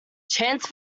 chance